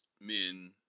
men